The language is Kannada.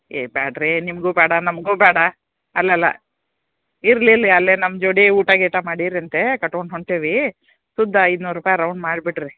ಏ ಬೇಡ್ರಿ ನಿಮಗೂ ಬೇಡ ನಮಗೂ ಬೇಡ ಅಲ್ಲಲ್ಲ ಇರಲಿ ಇಲ್ಲಿ ಅಲ್ಲೇ ನಮ್ಮ ಜೋಡಿ ಊಟ ಗೀಟ ಮಾಡೀರಂತೆ ಕಟ್ಕೊಂಡು ಹೊಂಟೀವಿ ಸುದ್ದ ಐನೂರು ರೂಪಾಯಿ ರೌಂಡ್ ಮಾಡಿಬಿಡ್ರಿ